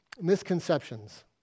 misconceptions